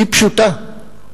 היא פשוטה: